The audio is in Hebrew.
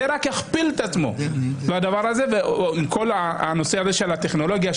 כל הנושא הזה של הטכנולוגיה,